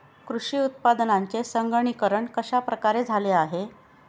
कृषी उत्पादनांचे संगणकीकरण कश्या प्रकारे झाले आहे?